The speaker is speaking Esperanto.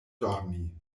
dormi